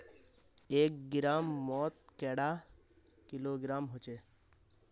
एक ग्राम मौत कैडा किलोग्राम होचे?